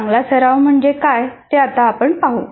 चांगला सराव म्हणजे काय हे आता आपण पाहू